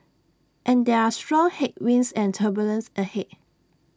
and there are strong headwinds and turbulence ahead